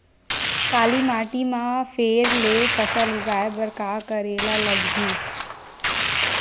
काली माटी म फेर ले फसल उगाए बर का करेला लगही?